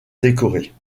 décorées